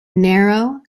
narrow